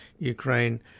Ukraine